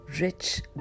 rich